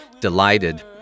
Delighted